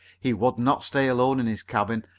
he would not stay alone in his cabin,